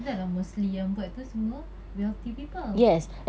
dah lah mostly yang buat tu semua wealthy people